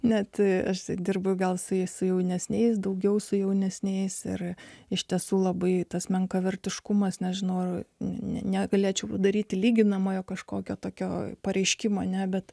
net aš dirbu gal su jais su jaunesniais daugiau su jaunesniais ir iš tiesų labai tas menkavertiškumas nežinau ar negalėčiau daryti lyginamojo kažkokio tokio pareiškimo ne bet